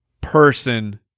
person